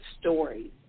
stories